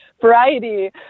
variety